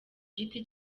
giti